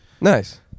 nice